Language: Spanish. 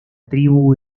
tribu